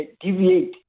deviate